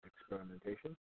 experimentation